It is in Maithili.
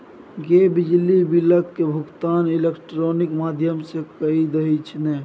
गै बिजली बिलक भुगतान इलेक्ट्रॉनिक माध्यम सँ कए दही ने